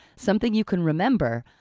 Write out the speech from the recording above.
something you can remember,